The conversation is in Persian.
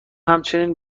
همچنین